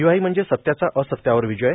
दिवाळी म्हणजे सत्याचा असत्यावर विजय